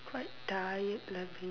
quite tired lah